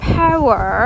power